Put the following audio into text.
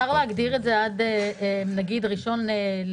אפשר להגדיר את זה עד נגיד 1 בנובמבר,